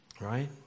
Right